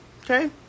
okay